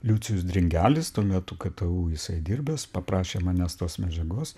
liucijus dringelis tuo metu ktu jisai dirbęs paprašė manęs tos medžiagos